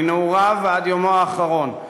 מנעוריו ועד יומו האחרון,